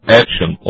action